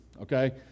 okay